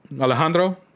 Alejandro